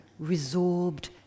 resorbed